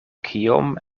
kiom